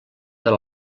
per